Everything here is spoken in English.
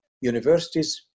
universities